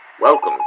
Welcome